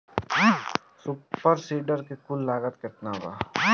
Super seeder के कुल लागत केतना बा?